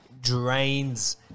drains